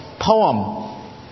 poem